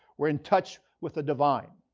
were in touch with the divine.